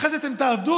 ואחרי זה אתם תורידו.